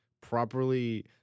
properly